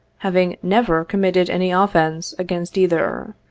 having never committed any offence against either.